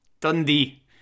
Dundee